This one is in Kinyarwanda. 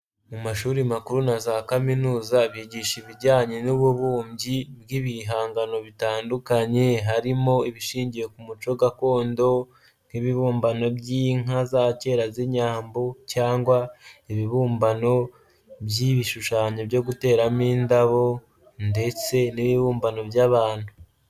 Mu mashuri makuru na za kaminuza bigisha ibijyanye n'ububumbyi bw'ibihangano bitandukanye harimo ibishingiye ku muco gakondo nk'ibibumbano by'inka za kera z'Inyambo cyangwa ibibumbano by'ibishushanyo byo guteramo indabo ndetse n'ibibumbano by'abantu.